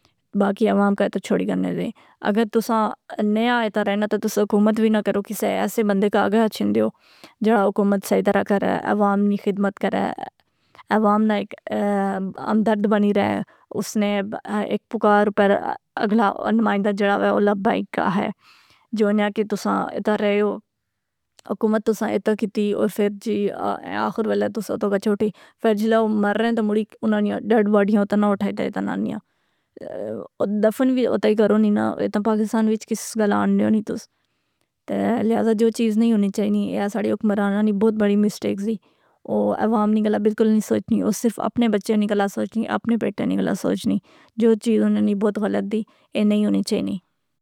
باقی عوام کا تو چھوڑ ی گنے دے۔ اگر توساں نیا آئے تا رہنا تہ تساں حکومت وی نہ کرو کسے ایسے بندے کا آ گے اچھن دیو۔ جیڑا حکومت صحیح طرح کرے۔ عوام نی خدمت کرے۔ عوام نہ ایک ہمدرد بنی رے۔ اس نے ایک پکار پر اگلا نمائندہ جڑا وے او لبيك آہے۔ جو نیہ کہ تساں ادھر رۓ او، حکومت تساں اتھے کیتی او فر جی آخر ولے تساں اتھے گچھا اٹھی۔ فر جلے او مریاں تو مڑی اناں نیاں ڈیڈ باڈیاں تہ نہ اٹھائے دفن وی اتھئی کرو نیں ناں اتھاں پاکستان وچ کس گلہ آنیو نیں تس۔ تہ لہذا جو چیز نیں ہونی چائینی اے اساڑے حکمراناں نی بہت بڑی مسٹیک زی۔ او عوام نی گلا بلکل نیں سوچنی۔ او صرف اپنے بچے نی گلا سوچنی۔ اپنے بیٹے نی گلا سوچنی۔ جو چیز اناں نی بہت غلط دی۔ اے نئیں ہونی چائینی.